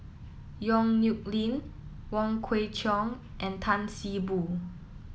Yong Nyuk Lin Wong Kwei Cheong and Tan See Boo